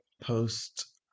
post